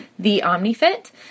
theomnifit